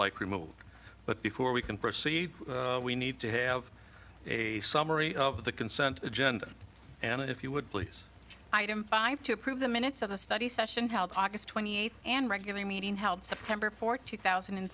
like removed but before we can proceed we need to have a summary of the consent agenda and if you would please item five to approve the minutes of the study session help august twenty eighth and regular meeting held september fourth two thousand and